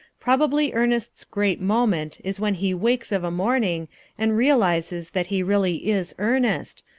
probably ernest's great moment is when he wakes of a morning and realises that he really is ernest,